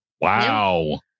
Wow